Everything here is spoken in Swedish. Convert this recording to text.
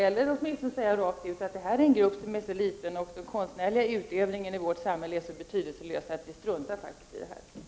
Annars kan man säga rakt ut att det här är en så liten grupp och att den konstnärliga utövningen i vårt land är så betydelselös att man faktiskt struntar i den här frågan.